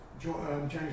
James